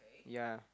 yea